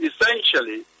essentially